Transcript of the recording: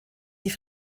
die